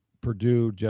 Purdue